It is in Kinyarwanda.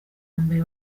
mbere